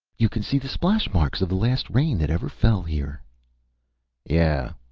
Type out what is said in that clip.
you can see the splash-marks of the last rain that ever fell here yeah,